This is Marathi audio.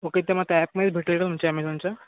ओके ते मग त्या ॲपमध्येच भेटेल का तुमच्या ॲमेझॉनच्या